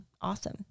awesome